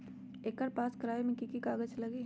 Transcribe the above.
एकर पास करवावे मे की की कागज लगी?